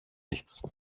nichts